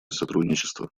сотрудничество